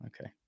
Okay